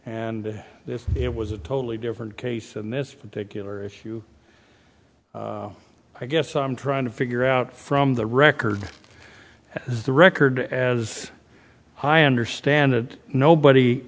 and it was a totally different case in this particular issue i guess i'm trying to figure out from the record the record as i understand that nobody